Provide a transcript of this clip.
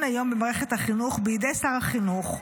היום במערכת החינוך בידי שר החינוך,